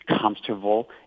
comfortable